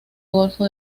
golfo